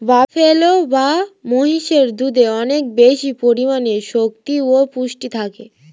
buffalo বা মহিষের দুধে অনেক বেশি পরিমাণে শক্তি ও পুষ্টি থাকে